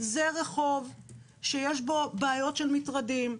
זה רחוב שיש בו בעיות של מטרדים.